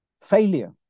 failure